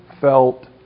felt